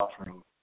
offering